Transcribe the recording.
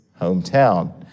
hometown